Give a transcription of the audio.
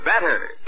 better